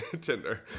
Tinder